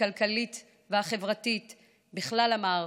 הכלכלית והחברתית בכלל המערכות: